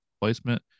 placement